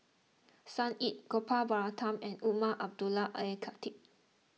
Sun Yee Gopal Baratham and Umar Abdullah Al Khatib